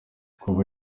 kuba